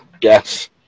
yes